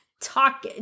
talk